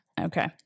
Okay